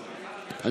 שברח,